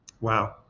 Wow